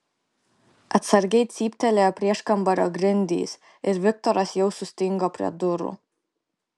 atsargiai cyptelėjo prieškambario grindys ir viktoras jau sustingo prie durų